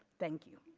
thank you.